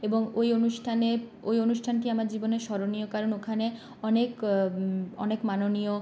এবং ওই অনুষ্ঠানে ওই অনুষ্ঠানটি আমাদের জীবনের স্মরণীয় কারণ ওখানে অনেক অনেক মাননীয়